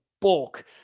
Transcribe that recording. bulk